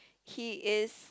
he is